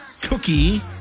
cookie